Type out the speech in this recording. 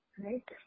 right